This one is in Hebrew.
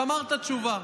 שמר את התשובה.